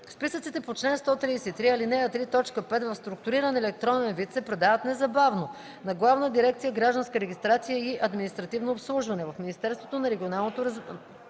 Списъците по чл. 140, ал. 3, т. 6 в структуриран електронен вид се предават незабавно на Главна дирекция „Гражданска регистрация и административно обслужване” в Министерството на регионалното развитие